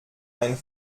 ein